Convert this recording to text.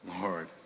Lord